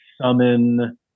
Summon